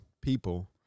people